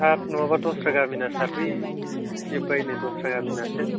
थाब नङाबा दस्रा गामिना सारफै जोबबाय नो दस्रा गामिनासो